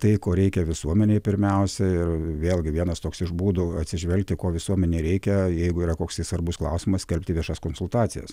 tai ko reikia visuomenei pirmiausia ir vėlgi vienas toks iš būdų atsižvelgti ko visuomenei reikia jeigu yra koksai svarbus klausimas skelbti viešas konsultacijas